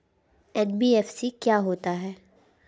NBFC क्या होता है?